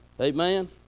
Amen